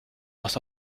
was